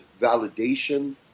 validation